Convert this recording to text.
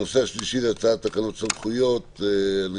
הנושא השלישי הוא הצעת תקנות סמכויות מיוחדות להתמודדות